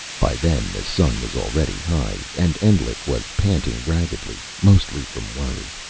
by then the sun was already high. and endlich was panting raggedly mostly from worry.